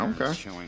Okay